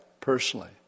personally